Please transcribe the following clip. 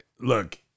Look